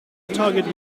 target